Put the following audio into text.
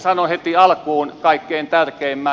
sanon heti alkuun kaikkein tärkeimmän